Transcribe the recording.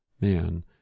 man